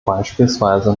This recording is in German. beispielsweise